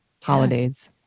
holidays